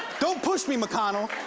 don't push me, mcconnell.